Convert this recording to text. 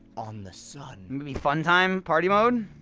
on the sun! maybe fun-time party mode?